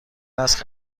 است